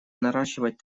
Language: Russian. наращивать